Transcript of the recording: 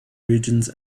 regions